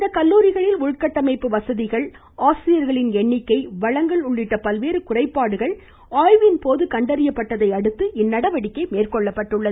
இந்த கல்லூரிகளில் உள்கட்டமைப்பு வசதிகள் ஆசிரியர்கள் வளங்கள் உள்ளிட்ட பல்வேறு குறைபாடுகள் ஆய்வின்போது கண்டறியப்பட்டதை யடுத்து இந்நடவடிக்கை மேற்கொள்ளப்பட்டுள்ளது